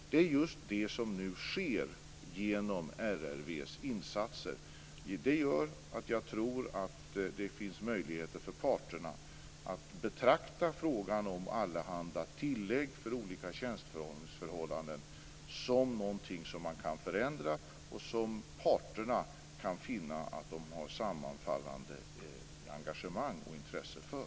Det är just det som nu sker genom RRV:s insatser. Det gör att jag tror att det finns möjligheter för parterna att betrakta detta med allehanda tillägg för olika tjänsteförhållanden som något som man kan förändra och som parterna kan finna att de har ett sammanfallande engagemang och intresse för.